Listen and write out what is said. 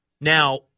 Now